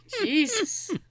Jesus